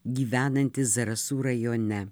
gyvenantį zarasų rajone